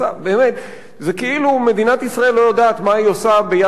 זה כאילו מדינת ישראל לא יודעת מה היא עושה ביד אחת